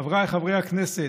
חבריי חברי הכנסת,